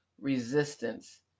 resistance